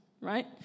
right